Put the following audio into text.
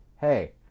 hey